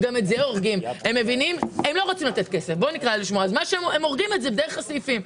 הם לא רוצים לתת כסף ולכן הם הורגים את זה דרך הסעיפים.